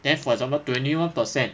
then for example twenty one percent